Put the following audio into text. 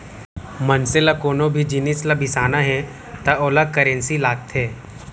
मनसे ल कोनो भी जिनिस ल बिसाना हे त ओला करेंसी लागथे